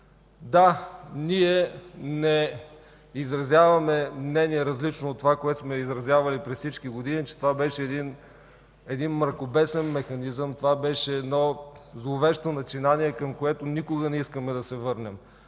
Да, ние не изразяваме мнение различно от това, което сме изразявали през всички години – че това беше един мракобесен механизъм, едно зловещо начинание, към което никога не искаме да се върнем.